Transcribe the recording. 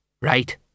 Right